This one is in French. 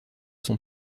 son